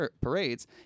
parades